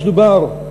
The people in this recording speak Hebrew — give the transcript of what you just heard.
אז דובר,